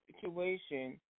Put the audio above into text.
situation